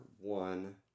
one